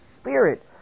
Spirit